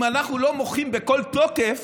אם אנחנו לא מוחים בכל תוקף,